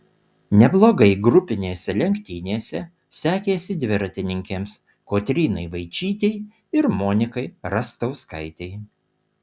neblogai grupinėse lenktynėse sekėsi dviratininkėms kotrynai vaičytei ir monikai rastauskaitei